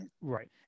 Right